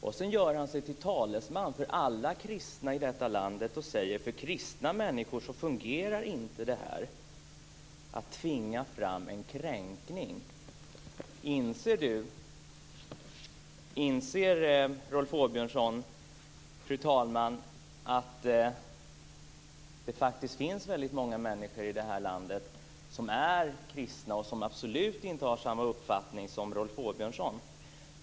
Och sedan gör han sig till talesman för alla kristna i detta land och säger att det inte fungerar för kristna människor att tvinga fram en kränkning. Fru talman! Inser Rolf Åbjörnsson att det faktiskt finns väldigt många människor i det här landet som är kristna och som absolut inte har samma uppfattning som han?